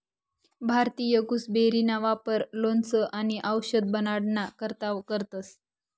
भारतीय गुसबेरीना वापर लोणचं आणि आवषद बनाडाना करता करतंस